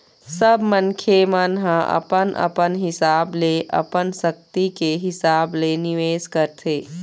सब मनखे मन ह अपन अपन हिसाब ले अपन सक्ति के हिसाब ले निवेश करथे